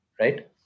right